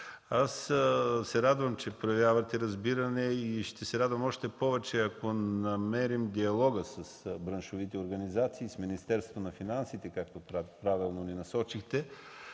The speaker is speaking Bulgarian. Радвам се, че проявявате разбиране и ще се радвам още повече, ако намерим диалога с браншовите организации, с Министерството на финансите, както правилно ни насочихте,